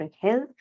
health